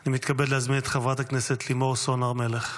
אני מתכבד להזמין את חברת הכנסת לימור סון הר מלך.